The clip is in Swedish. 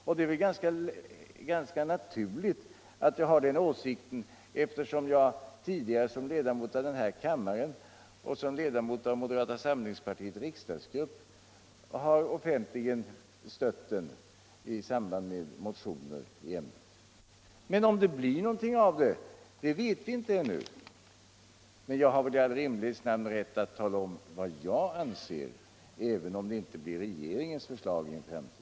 och det är väl ganska naturligt att jag har den åsikten, eftersom jag tidigare som ledamot av kammaren och som ledamot av moderata samlingspartiels_ riksdagsgrupp offentligen har fört fram den i samband med motioner i ämnet. Om det blir någonting av det vet vi inte ännu, men jag har väl i all rimlighets namn rätt att tala om vad jag anser, även om det inte blir regeringens förslag i en framtid.